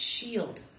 shield